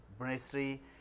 ministry